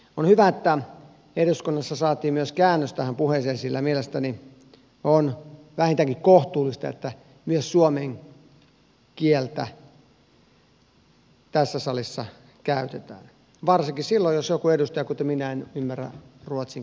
on hyvä että eduskunnassa saatiin myös käännös tähän puheeseen sillä mielestäni on vähintäänkin kohtuullista että myös suomen kieltä tässä salissa käytetään varsinkin silloin jos joku edustaja kuten minä ei ymmärrä ruotsin kieltä riittävästi